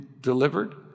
delivered